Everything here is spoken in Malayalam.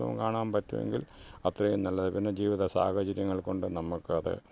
കാണാൻ പറ്റുമെങ്കിൽ അത്രയും നല്ലത് പിന്നെ ജീവിത സാഹചര്യങ്ങൾക്കൊണ്ട് നമുക്കത്